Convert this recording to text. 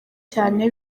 cyane